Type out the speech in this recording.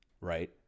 right